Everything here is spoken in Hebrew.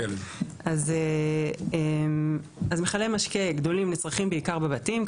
אז מכלי משקה גדולים נצרכים בעיקר בבתים,